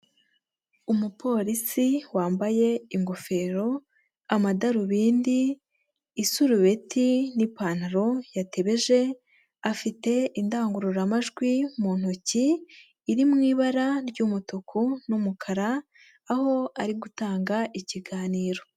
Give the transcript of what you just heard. Umupolisi wambaye ingofero, amadarubindi, isurubeti n'ipantaro yatebeje afite indangururamajwi mu ntoki iri mu ibara ry'umutuku n'umukara aho ari gutanga ikiganiro.